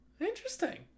interesting